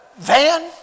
van